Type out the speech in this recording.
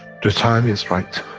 the time is right,